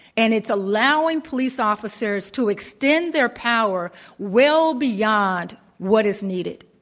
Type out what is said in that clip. and it's allowing police officers to extend their power well beyond what is needed.